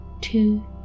two